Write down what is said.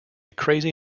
crazy